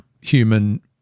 human